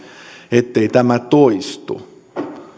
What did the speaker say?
ettei tämä toistu